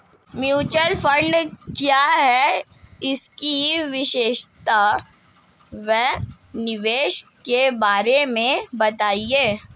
Mutual fund क्या है इसकी विशेषता व निवेश के बारे में बताइये?